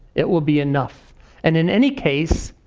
it will be enough and in any case,